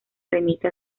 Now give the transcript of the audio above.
remite